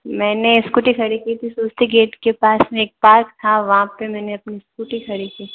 मैंने स्कूटी खड़ी की थी स्रुस्ती गेट के पास एक पार्क था वहाँ मैंने अपनी स्कूटी खड़ी की